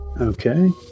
okay